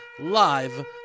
live